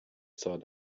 سال